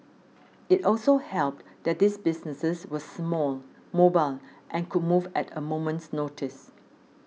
it also helped that these businesses were small mobile and could move at a moment's notice